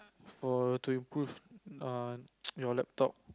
for to improve err your laptop